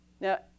Now